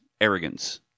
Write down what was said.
arrogance